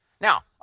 Now